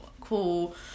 cool